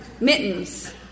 Mittens